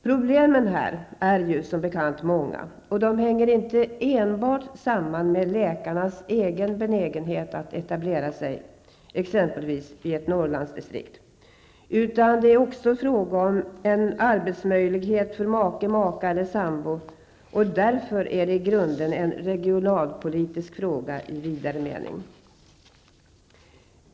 Problemen här är som bekant många och hänger inte enbart samman med läkarnas egen benägenhet att etablera sig i exempelvis ett Norrlandsdistrikt, utan det är också ofta fråga om arbetsmöjlighet för make, maka eller sambo. Därför är det i grunden en regionalpolitisk fråga i vidare mening.